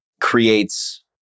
creates